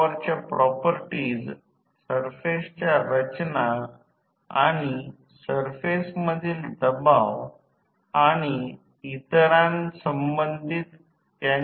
कारण हे short circuit केलेले आहे ते शॉर्ट सर्किट आहे आणि रोहीत्र प्रतिरोध आणि गळतीचा प्रतिक्रिय अगदी लहान आकाराचा आहे